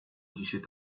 dzisiaj